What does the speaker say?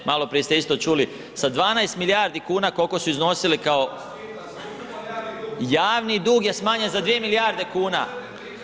Maloprije ste isto čuli sa 12 milijardi kuna koliko su iznosile kao …… [[Upadica sa strane, ne razumije se.]] Javni dug je smanjen za 2 milijarde kuna.